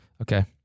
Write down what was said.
Okay